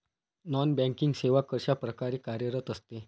Non banking सेवा कशाप्रकारे कार्यरत असते?